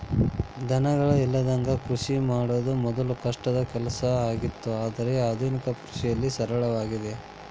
ದನಗಳ ಇಲ್ಲದಂಗ ಕೃಷಿ ಮಾಡುದ ಮೊದ್ಲು ಕಷ್ಟದ ಕೆಲಸ ಆಗಿತ್ತು ಆದ್ರೆ ಆದುನಿಕ ಕೃಷಿಯಲ್ಲಿ ಸರಳವಾಗಿದೆ